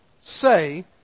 say